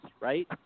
right